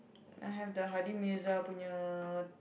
I have the Hadi-Mirza punya